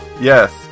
Yes